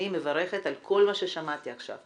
אני מברכת על כל מה ששמעתי עכשיו.